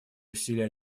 усилия